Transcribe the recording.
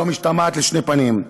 לא משתמעת לשתי פנים: